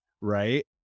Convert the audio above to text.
right